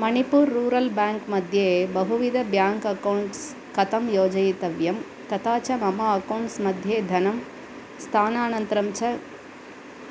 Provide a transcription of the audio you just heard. मणिपूरं rural ब्याङ्क्मध्ये बहुविधः bank accounts कथं योजयितव्यं तथा च मम अक्कौण्ट्स्मध्ये धनं स्थानान्तरं च